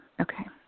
okay